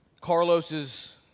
Carlos's